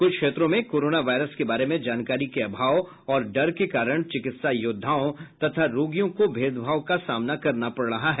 कुछ क्षेत्रों में कोरोना वायरस के बारे में जानकारी के अभाव और डर के कारण चिकित्सा योद्वाओं तथा रोगियों को भेदभाव का सामना करना पड़ रहा है